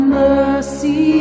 mercy